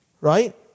right